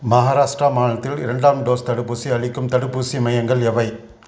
மகாராஷ்ட்ரா மாநிலத்தில் இரண்டாம் டோஸ் தடுப்பூசி அளிக்கும் தடுப்பூசி மையங்கள் எவை